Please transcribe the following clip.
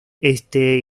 este